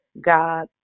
God